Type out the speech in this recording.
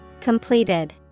Completed